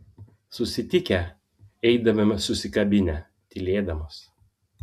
susitikę eidavome susikabinę tylėdamos